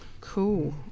Cool